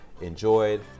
enjoyed